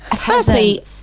firstly